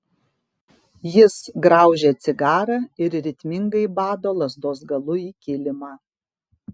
jis graužia cigarą ir ritmingai bado lazdos galu į kilimą